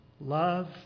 Love